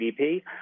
GDP